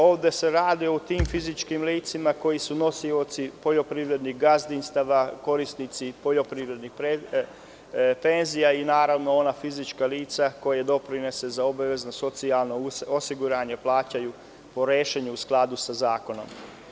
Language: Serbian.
Ovde se radi o fizičkim licima koja su nosioci poljoprivrednih gazdinstava, korisnici poljoprivrednih penzija i, naravno, ona fizička lica koja doprinose za obavezno socijalno osiguranje plaćaju po rešenju i u skladu sa zakonom.